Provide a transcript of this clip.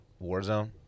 Warzone